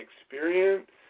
experience